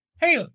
Hey